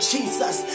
Jesus